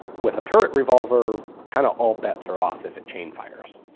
with a turret revolver kind of all bets are off if it chain fires.